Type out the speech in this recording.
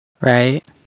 Right